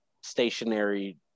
stationary